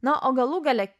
na o galų gale